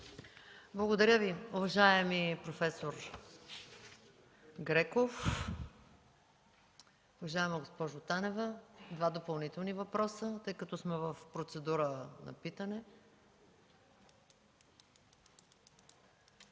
Благодаря Ви, уважаеми професор Греков. Уважаема госпожо Танева, заповядайте за два допълнителни въпроса, тъй като сме в процедура на питане.